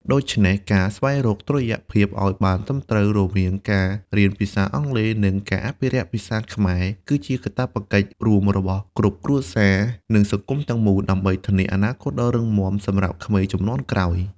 ដូច្នេះហើយ ការស្វែងរកតុល្យភាពអោយត្រឹមត្រូវរវាងការរៀនភាសាអង់គ្លេស និងការអភិរក្សភាសាខ្មែរ គឺជាកាតព្វកិច្ចរួមរបស់គ្រប់គ្រួសារ និងសង្គមទាំងមូល ដើម្បីធានាអនាគតដ៏រឹងមាំសម្រាប់ក្មេងជំនាន់ក្រោយ។